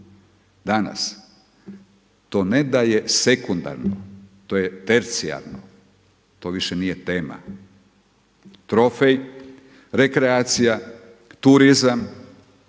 Danas to ne da je sekundarno, to je tercijarno, to više nije tema. Trofej, rekreacija, turizam,